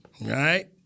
right